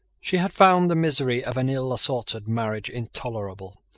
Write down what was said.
she had found the misery of an ill assorted marriage intolerable,